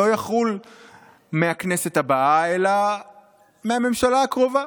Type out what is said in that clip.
לא יחול מהכנסת הבאה אלא מהממשלה הקרובה.